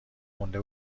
مونده